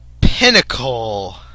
pinnacle